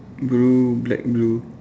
blue black blue